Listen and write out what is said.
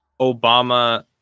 Obama